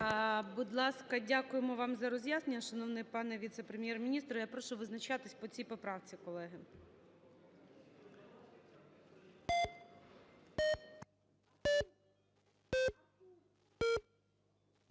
Будь ласка. Дякуємо вам за роз'яснення, шановний пане віце-прем’єр-міністр. Я прошу визначатися по цій поправці, колеги.